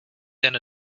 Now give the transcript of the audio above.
than